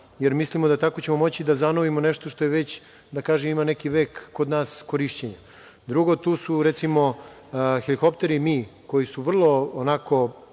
jer mislimo da ćemo tako moći da zanovimo nešto što već ima neki vek, kod nas, korišćenja. Drugo, tu su recimo helikopteri M koji su vrlo